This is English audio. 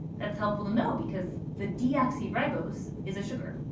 that's helpful to know because the deoxyribose is a sugar,